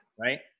Right